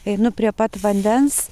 einu prie pat vandens